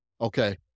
Okay